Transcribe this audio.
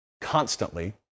constantly